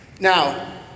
Now